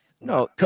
No